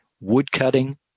woodcutting